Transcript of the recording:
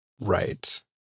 Right